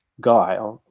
guy